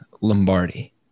Lombardi